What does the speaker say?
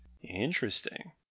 Interesting